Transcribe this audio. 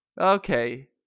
Okay